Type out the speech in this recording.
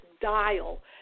dial